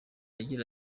agira